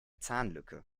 zahnlücke